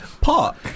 Park